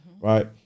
Right